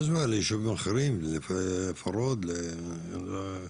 בהשוואה לישובים אחרים, לפרוד, למשל.